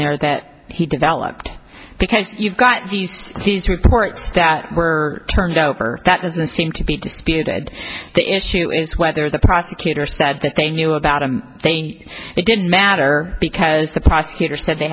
there that he developed because you've got these these reports that were turned over that doesn't seem to be disputed the issue is whether the prosecutor said that they knew about him it didn't matter because the prosecutor said they